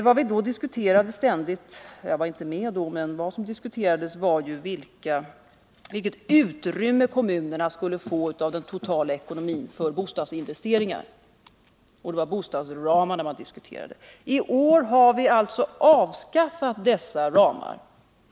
Jag var inte med då, men vad man då ständigt diskuterade var vilket utrymme kommunerna skulle få av den totala ekonomin för bostadsinvesteringar. Det var bostadsramarna man diskuterade. I år har vi alltså avskaffat dessa ramar.